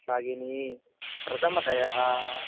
भगिनी प्रथमतया